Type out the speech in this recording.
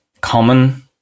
common